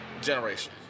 generation